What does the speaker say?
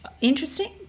interesting